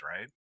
right